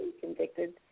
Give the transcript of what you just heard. convicted